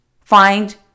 find